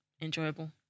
enjoyable